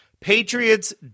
Patriots